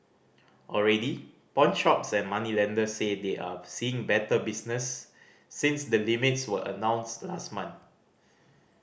already pawnshops and moneylenders say they are seeing better business since the limits were announced last month